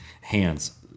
hands